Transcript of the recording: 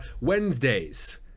Wednesdays